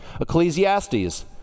Ecclesiastes